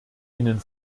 ihnen